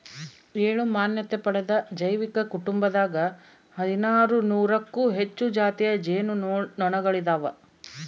ಏಳು ಮಾನ್ಯತೆ ಪಡೆದ ಜೈವಿಕ ಕುಟುಂಬದಾಗ ಹದಿನಾರು ನೂರಕ್ಕೂ ಹೆಚ್ಚು ಜಾತಿಯ ಜೇನು ನೊಣಗಳಿದಾವ